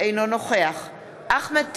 אינו נוכח אחמד טיבי,